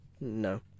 No